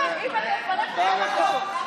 לפניך, זה בטוח.